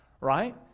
right